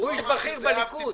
הוא איש בכיר בליכוד.